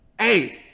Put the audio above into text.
Hey